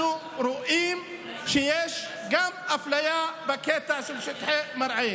אנחנו רואים שיש גם אפליה בקטע של שטחי מרעה.